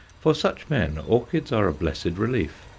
for such men orchids are a blessed relief.